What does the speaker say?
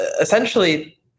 essentially